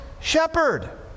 shepherd